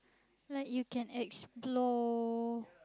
like you can explore